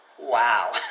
wow